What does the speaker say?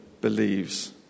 believes